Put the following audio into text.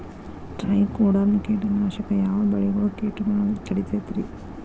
Trichoderma ಕೇಟನಾಶಕ ಯಾವ ಬೆಳಿಗೊಳ ಕೇಟಗೊಳ್ನ ತಡಿತೇತಿರಿ?